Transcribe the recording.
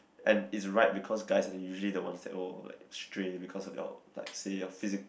and it's right because guys are usually the ones that oh like stray because of their like say their physique